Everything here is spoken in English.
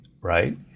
right